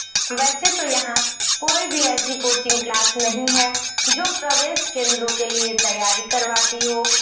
वैसे तो यहाँ कोई भी ऐसी कोचिंग क्लास नहीं है जो प्रवेश केंद्रों के लिए तैयारी करवाती हो